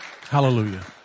Hallelujah